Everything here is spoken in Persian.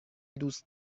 دوست